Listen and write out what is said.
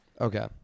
Okay